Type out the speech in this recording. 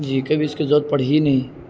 جی کبھی اس کے ت پڑھی ہی نہیں